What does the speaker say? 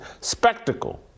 spectacle